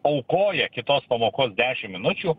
aukoja kitos pamokos dešim minučių